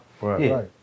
Right